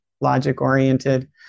logic-oriented